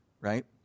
Right